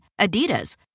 Adidas